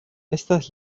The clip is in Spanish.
estas